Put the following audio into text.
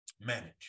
manage